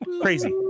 crazy